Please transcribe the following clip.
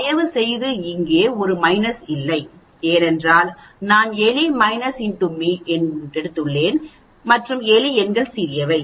தயவுசெய்து இங்கே ஒரு மைனஸ் இல்லை ஏனென்றால் நான் எலி மைனஸ் X மீ எடுத்துள்ளேன் மற்றும் எலி எண்கள் சிறியவை